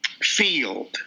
field